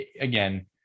again